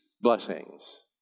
blessings